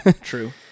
True